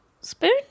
spoon